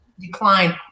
decline